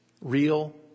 Real